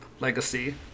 legacy